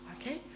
Okay